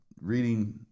reading